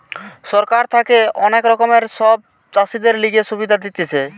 সরকার থাকে অনেক রকমের সব চাষীদের লিগে সুবিধা দিতেছে